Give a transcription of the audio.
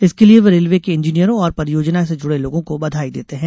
इसके लिये वे रेल्वे के इंजीनियरों और परियोजना से जुडे लोगों को बघाई देते है